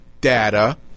data